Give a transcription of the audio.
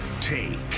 take